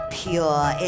pure